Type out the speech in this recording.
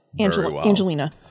Angelina